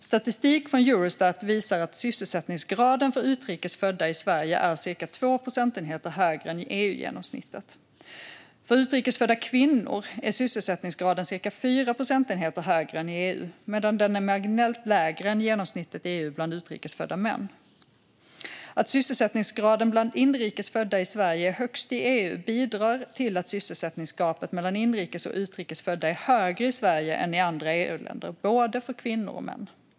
Statistik från Eurostat visar att sysselsättningsgraden för utrikes födda i Sverige är cirka 2 procentenheter högre än EU-genomsnittet. För utrikes födda kvinnor är sysselsättningsgraden cirka 4 procentenheter högre än i EU, medan den är marginellt lägre än genomsnittet i EU bland utrikes födda män. Att sysselsättningsgraden bland inrikes födda i Sverige är högst i EU bidrar till att sysselsättningsgapet mellan inrikes och utrikes födda är högre i Sverige än i andra EU-länder, både för kvinnor och män.